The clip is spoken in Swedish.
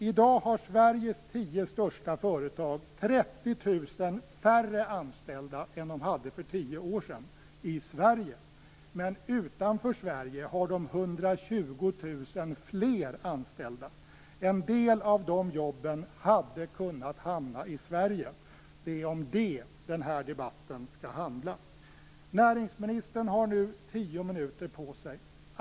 I dag har Sveriges tio största företag 30 000 färre anställda än de hade för tio år sedan i Sverige, men utanför Sverige har de 120 000 fler anställda. En del av de jobben hade kunnat hamna i Sverige. Det är om det denna debatt skall handla. Näringsministern har nu tio minuter på sig.